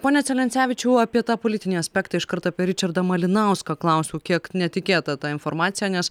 pone celencevičių apie tą politinį aspektą iškart apie ričardą malinauską klausiu kiek netikėta ta informacija nes